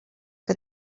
que